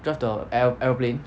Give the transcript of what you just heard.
drive the aero~ aeroplane